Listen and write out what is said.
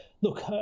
look